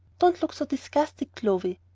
don't look so disgusted, clovy.